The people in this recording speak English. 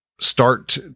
start